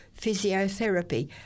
physiotherapy